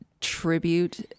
tribute